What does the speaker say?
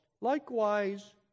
Likewise